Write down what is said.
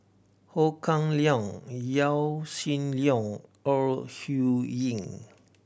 Ho Kah Leong Yaw Shin Leong Ore Huiying